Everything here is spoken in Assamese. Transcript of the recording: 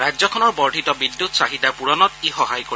ৰাজ্যখনৰ বৰ্ধিত বিদ্যুৎ চাহিদা পূৰণত ই সহায় কৰিব